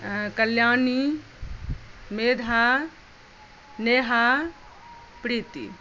Kalyani Medha Neha Preeti